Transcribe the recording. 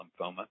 lymphoma